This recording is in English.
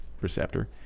receptor